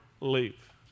leave